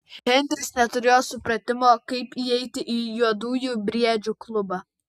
henris neturėjo supratimo kaip įeiti į juodųjų briedžių klubą